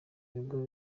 bigo